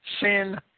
sin